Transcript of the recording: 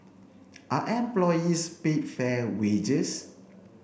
are employees paid fair wages